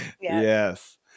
Yes